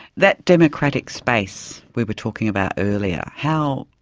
that democratic space we were talking about earlier, how.